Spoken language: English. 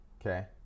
Okay